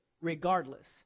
regardless